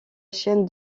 chaîne